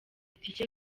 tike